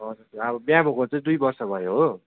हजुर अब बिहा भएको चाहिँ दुई वर्ष भयो हो